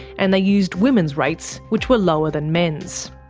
and they used women's rates, which were lower than men's.